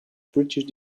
british